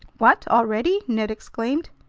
what! already! ned exclaimed.